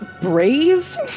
brave